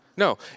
No